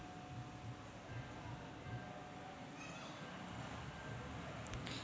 संत्र्याचा बगीचा लावायचा रायल्यास कोनची जमीन योग्य राहीन?